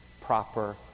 proper